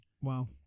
Wow